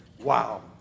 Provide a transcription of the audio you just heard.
Wow